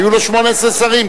היו לו 18 שרים,